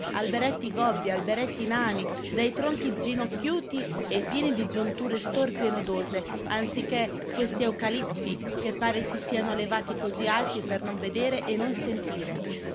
alberetti gobbi alberetti nani dai tronchi ginocchiuti e pieni di giunture storpie e nodose anziché questi eucalipti che pare si siano levati così alti per non vedere e non sentire